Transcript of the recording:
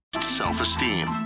Self-esteem